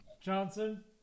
johnson